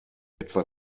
etwa